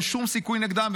אין שום סיכוי נגדם,